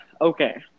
Okay